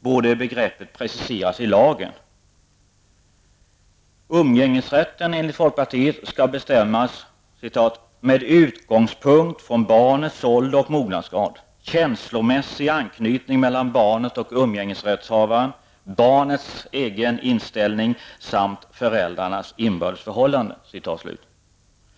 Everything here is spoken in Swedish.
borde begreppet preciseras i lagen. Enligt folkpartiet bör umgängesrätten bestämmas ''med utgångspunkt från barnets ålder och mognadsgrad, känslomässig anknytning mellan barnet och umgängesrättshavaren, barnets egen inställning samt föräldrarnas inbördes förhållanden''.